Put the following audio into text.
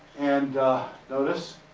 and notice,